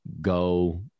go